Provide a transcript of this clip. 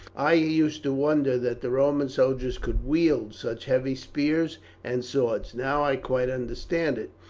i used to wonder that the roman soldiers could wield such heavy spears and swords. now i quite understand it.